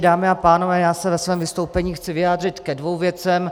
Dámy a pánové, já se ve svém vystoupení chci vyjádřit ke dvěma věcem.